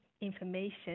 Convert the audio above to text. information